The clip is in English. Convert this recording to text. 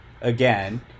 again